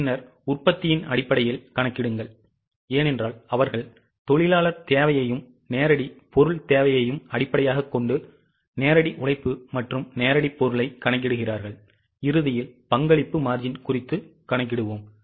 பின்னர் உற்பத்தியின் அடிப்படையில் கணக்கிடுங்கள் ஏனென்றால் அவர்கள் தொழிலாளர் தேவையையும் நேரடி பொருள் தேவையையும் அடிப்படையாகக் கொண்டு நேரடி உழைப்பு மற்றும் நேரடிப் பொருளைக் கணக்கிடுகிறார்கள் இறுதியில் பங்களிப்பு margin குறித்து கணக்கிடுவோம்